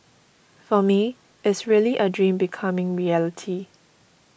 for me is really a dream becoming reality